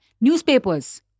Newspapers